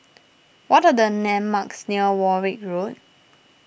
what are the landmarks near Warwick Road